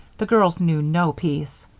the girls knew no peace.